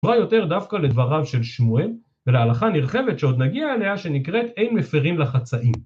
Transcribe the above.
נראה יותר דווקא לדבריו של שמואל ולהלכה נרחבת שעוד נגיע אליה שנקראת אין מפרים לחצאים